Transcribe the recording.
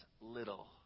little